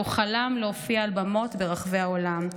והוא חלם להופיע על במות ברחבי העולם.